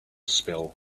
spill